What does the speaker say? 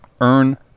earn